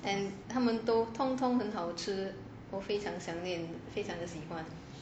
then 他们都通通很好吃非常想念非常的喜欢